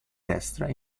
destra